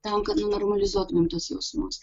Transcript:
tam kad nu normalizuotumėm tuos jausmus